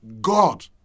God